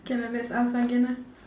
can lah let's ask again ah